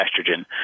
estrogen